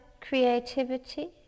creativity